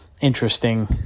interesting